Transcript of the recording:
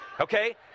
Okay